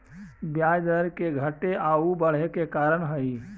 ब्याज दर के घटे आउ बढ़े के का कारण हई?